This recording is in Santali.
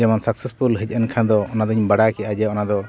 ᱡᱮᱢᱚᱱ ᱥᱟᱠᱥᱮᱥᱯᱷᱩᱞ ᱦᱮᱡ ᱮᱱ ᱠᱷᱟᱱᱫᱚ ᱚᱱᱟᱫᱚᱧ ᱵᱟᱲᱟᱭ ᱠᱮᱜᱼᱟ ᱡᱮ ᱚᱱᱟᱫᱚ